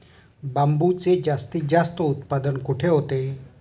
बांबूचे जास्तीत जास्त उत्पादन कुठे होते?